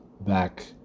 back